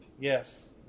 Yes